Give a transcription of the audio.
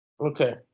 Okay